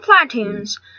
platoons